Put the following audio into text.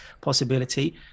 possibility